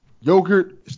Yogurt